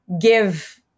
give